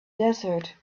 desert